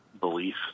belief